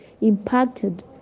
impacted